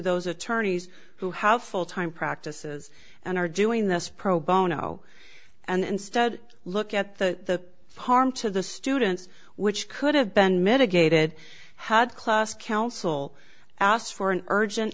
those attorneys who have full time practices and are doing this pro bono and instead look at the harm to the students which could have been mitigated had class counsel asked for an urgent